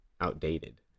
outdated